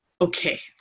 okay